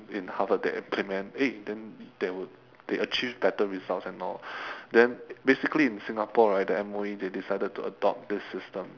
in harvard they implement eh then there would they achieve better results and all then basically in singapore right the M_O_E they decided to adopt this system